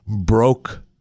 broke